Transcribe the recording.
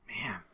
Man